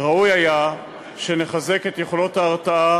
ראוי היה שנחזק את יכולות ההרתעה